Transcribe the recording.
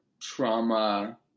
trauma